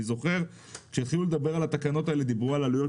אני זוכר שכשהתחילו לדבר על התקנות האלה דיברו על עלויות